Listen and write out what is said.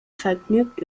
vergnügt